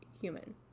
human